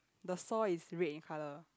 the saw is red in colour